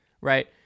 right